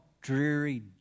dreary